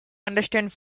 understand